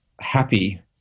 happy